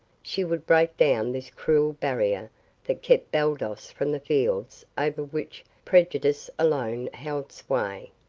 she would break down this cruel barrier that kept baldos from the fields over which prejudice alone held sway.